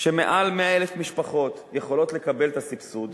שמעל 100,000 משפחות יכולות לקבל את הסבסוד